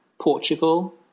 Portugal